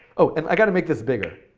oh, and i got to make this bigger.